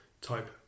Type